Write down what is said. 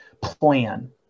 plan